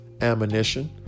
ammunition